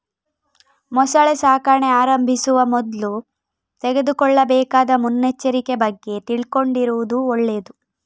ಮೊಸಳೆ ಸಾಕಣೆ ಆರಂಭಿಸುವ ಮೊದ್ಲು ತೆಗೆದುಕೊಳ್ಳಬೇಕಾದ ಮುನ್ನೆಚ್ಚರಿಕೆ ಬಗ್ಗೆ ತಿಳ್ಕೊಂಡಿರುದು ಒಳ್ಳೇದು